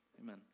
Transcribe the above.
Amen